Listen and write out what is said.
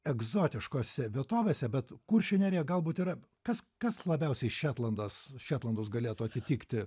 egzotiškose vietovėse bet kuršių nerija galbūt yra kas kas labiausiai šetlandas šetlandus galėtų atitikti